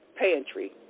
pantry